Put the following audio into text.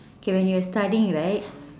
okay when you were studying right